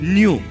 New